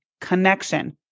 connection